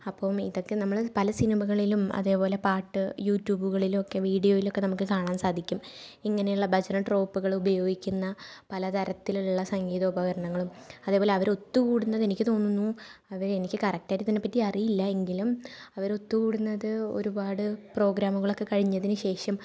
അപ്പോൾ ഇതൊക്കെ നമ്മൾ പല സിനിമകളിലും അതേപോലെ പാട്ട് യൂ ട്യൂബുകളിലൊക്കെ വീഡിയോയിലൊക്കെ കാണാൻ നമുക്ക് സാധിക്കും ഇങ്ങനെയുള്ള ഭജന ട്രൂപ്പുകൾ ഉപയോഗിക്കുന്ന പല തരത്തിലുള്ള സംഗീത ഉപകരണങ്ങളും അതേപോലെ അവരൊത്തു കൂടുന്നതെനിക്ക് തോന്നുന്നു അവരെനിക്ക് കറക്റ്റായിട്ട് ഇതിനെപ്പറ്റി അറിയില്ലാ എങ്കിലും അവരൊത്തു കൂടുന്നത് ഒരുപാട് പ്രോഗ്രാമുകളൊക്കെ കഴിഞ്ഞതിന് ശേഷം